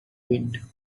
wind